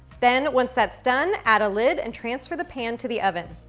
then, once that's done, add a lid and transfer the pan to the oven.